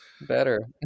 better